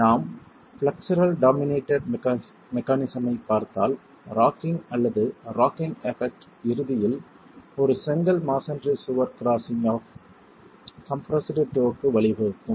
எனவே நாம் flexural dominated mechanism ஐப் பார்த்தால் ராக்கிங் அல்லது ராக்கிங் எபாக்ட் இறுதியில் ஒரு செங்கல் மஸோன்றி சுவரில் கிரஸ்ஸிங் ஆப் கம்ப்ரெஸ்டு டோ க்கு வழிவகுக்கும்